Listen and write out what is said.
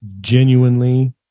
genuinely